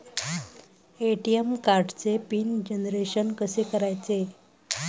ATM कार्डचे pin generation कसे करायचे?